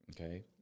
okay